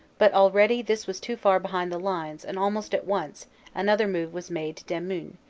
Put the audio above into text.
but already this was too far behind the lines and almost at once an other move was made to demuin,